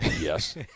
Yes